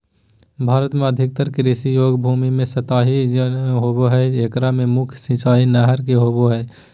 भारत में अधिकतर कृषि योग्य भूमि में सतही सिंचाई होवअ हई एकरा मे मुख्य सिंचाई नहर से होबो हई